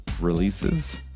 releases